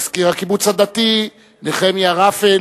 מזכיר הקיבוץ הדתי נחמיה רפל,